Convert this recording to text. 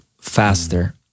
faster